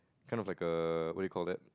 kind of like err what you call that